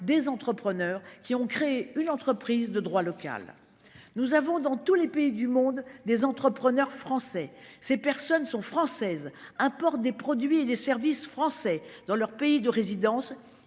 des entrepreneurs qui ont créé une entreprise de droit local. Nous avons dans tous les pays du monde, des entrepreneurs français. Ces personnes sont françaises importe des produits et des services français dans leur pays de résidence.